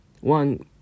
One